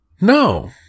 No